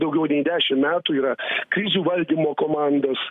daugiau nei dešim metų yra krizių valdymo komandos